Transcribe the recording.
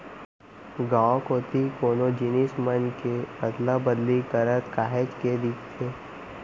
गाँव कोती कोनो जिनिस मन के अदला बदली करत काहेच के दिखथे